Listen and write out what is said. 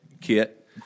kit